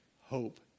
hope